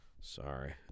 Sorry